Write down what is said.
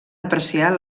apreciar